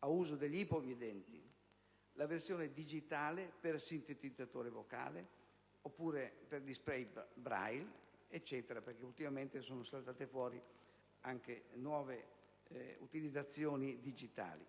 ad uso degli ipovedenti; la versione digitale per sintetizzatore vocale e/o per *display* Braille, perché ultimamente sono saltate fuori anche nuove utilizzazioni digitali.